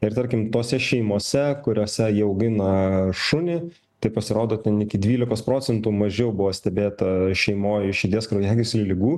ir tarkim tose šeimose kuriose jie augina šunį tai pasirodo ten iki dvylikos procentų mažiau buvo stebėta šeimoj širdies kraujagyslių ligų